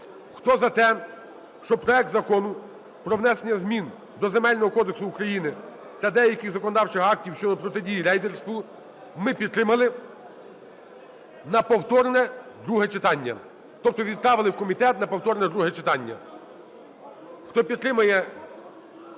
Хто за те, щоб проект Закону про внесення змін до Земельного кодексу України та деяких законодавчих актів щодо протидії рейдерству ми підтримали на повторне друге читання, тобто відправили в комітет на повторне друге читання,